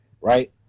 right